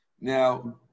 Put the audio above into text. Now